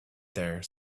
there